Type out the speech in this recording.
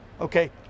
Okay